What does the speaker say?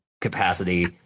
capacity